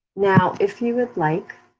now, if you would like,